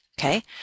Okay